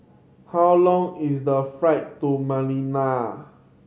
how long is the flight to Manila